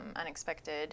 unexpected